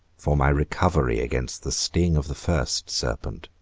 for my recovery against the sting of the first serpent